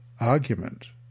argument